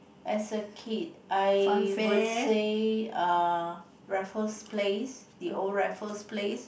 as a kid I would say uh Raffles Place the old Raffles Place